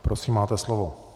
Prosím, máte slovo.